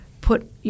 put